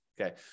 okay